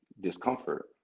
discomfort